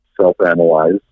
self-analyze